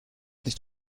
nicht